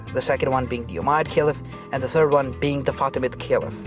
the second one being the umayyad caliph and the third one, being the fatimid caliph.